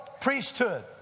priesthood